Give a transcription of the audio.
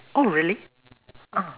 oh really ah